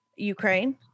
Ukraine